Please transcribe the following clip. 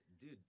dude